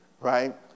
Right